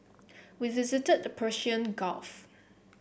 we visited the Persian Gulf